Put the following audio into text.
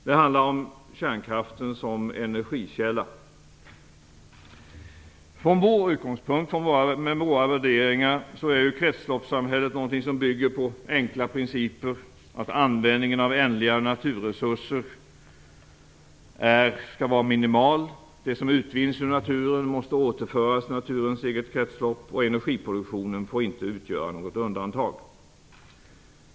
Det handlar om kärnkraften som energikälla. Från vår utgångspunkt och med våra värderingar är ju kretsloppssamhället någonting som bygger på enkla principer, att användningen av ändliga naturresurser skall vara minimal. Det som utvinns ur naturen måste återföras till naturens eget kretslopp, och energiproduktionen får inte utgöra något undantag.